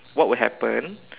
what would happen